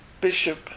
Bishop